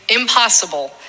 impossible